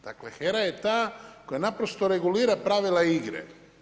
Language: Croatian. Dakle, HERA je ta koja naprosto regulira pravila igre.